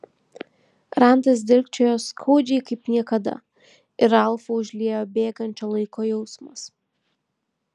randas dilgčiojo skaudžiai kaip niekada ir ralfą užliejo bėgančio laiko jausmas